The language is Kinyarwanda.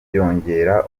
byongera